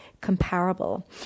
comparable